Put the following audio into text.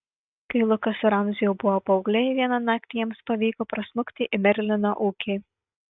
kai lukas su ramziu jau buvo paaugliai vieną naktį jiems pavyko prasmukti į merlino ūkį